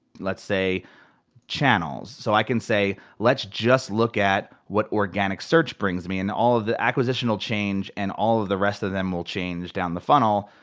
let's say channels. so i can say, let's just look at what organic search brings me, and all of the acquisitional change, and all of the rest of them will change down the funnel.